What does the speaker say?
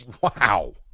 Wow